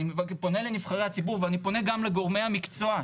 אני פונה לנבחרי הציבור ואני פונה גם לגורמי המקצוע,